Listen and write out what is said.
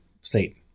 Satan